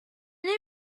new